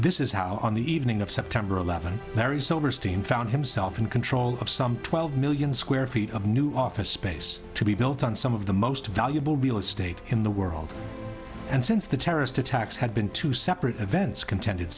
this is how on the evening of september eleventh larry silverstein found himself in control of some twelve million square feet of new office space to be built on some of the most valuable real estate in the world and since the terrorist attacks had been two separate events contended